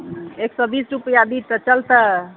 एक सए बीस रुपैआ दी तऽ चलतै